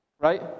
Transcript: right